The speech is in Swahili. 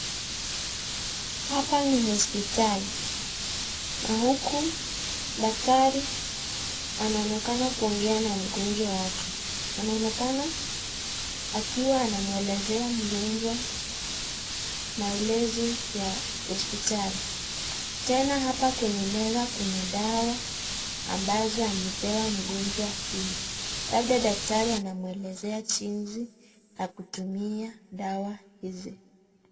Hapa ni hospitali. Huku daktari anaonekana kuongea na mgonjwa wake. Anaonekana akiwa anamuelezea mgonjwa maelezo ya hospitali. Tena hapa kwenye meza, kuna dawa ambazo amepewa mgonjwa huyu. Labda daktari anamuelezea jinsi ya kutumia dawa hizi.